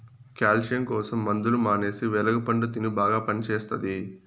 calcium కోసం మందులు మానేసి వెలగ పండు తిను బాగా పనిచేస్తది